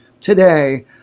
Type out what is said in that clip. today